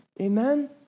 Amen